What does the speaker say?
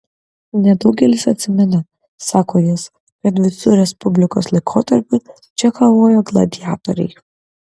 nedaugelis atsimena sako jis kad visu respublikos laikotarpiu čia kovojo gladiatoriai